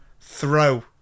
throw